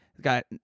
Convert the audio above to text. got